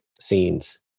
scenes